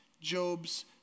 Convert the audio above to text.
Job's